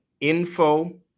info